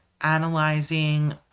analyzing